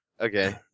Okay